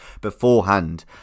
beforehand